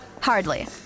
Hardly